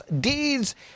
deeds